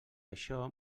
això